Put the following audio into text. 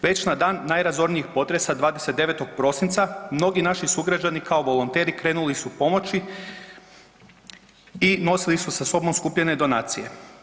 Već na dan najrazornijih potresa 29. prosinca mnogi naši sugrađani kao volonteri krenuli su pomoći i nosili su sa sobom skupljene donacije.